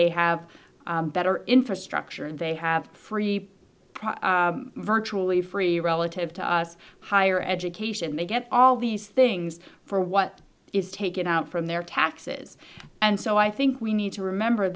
they have better infrastructure and they have free virtually free relative to us higher education they get all these things for what is taken out from their taxes and so i think we need to remember